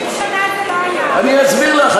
30 שנה זה לא היה, אני אסביר לך.